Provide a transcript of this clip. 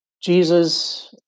Jesus